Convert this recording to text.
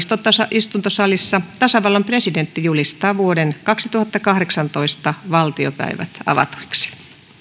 istuntosalissa tasavallan presidentti julistaa vuoden kaksituhattakahdeksantoista valtiopäivät avatuiksi